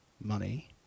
money